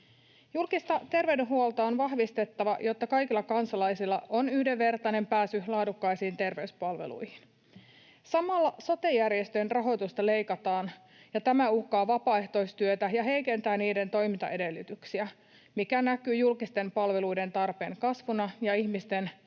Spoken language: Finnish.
Julkista terveydenhuoltoa on vahvistettava, jotta kaikilla kansalaisilla on yhdenvertainen pääsy laadukkaisiin terveyspalveluihin. Samalla sote-järjestöjen rahoitusta leikataan, ja tämä uhkaa vapaaehtoistyötä ja heikentää sen toimintaedellytyksiä, mikä näkyy julkisten palveluiden tarpeen kasvuna ja ihmisten